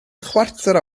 chwarter